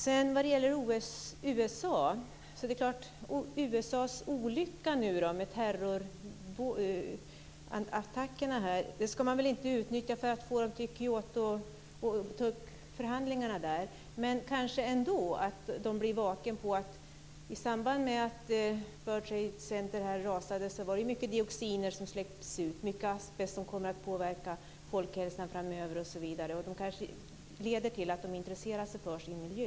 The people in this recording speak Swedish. Man ska väl inte utnyttja USA:s olycka nu med terrorattackerna för att få dem att ta upp förhandlingarna om Kyotoprotokollet. Men i samband med att World Trade Center rasade släpptes mycket dioxin och asbest ut som kommer att påverka folkhälsan framöver. Det leder kanske till att de intresserar sig för sin miljö.